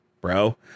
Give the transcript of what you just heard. bro